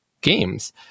games